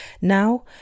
Now